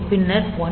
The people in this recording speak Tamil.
பின்னர் 10